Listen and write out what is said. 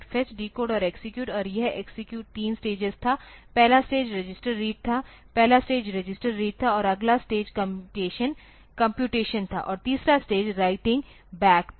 fetch decode और execute और यह एक्सेक्यूट 3 स्टेजेस था पहला स्टेज रजिस्टर रीड था पहला स्टेज रजिस्टर रीड था और अगला स्टेज कम्प्यूटेशन था और तीसरा स्टेज राइटिंग बैक था